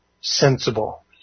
sensible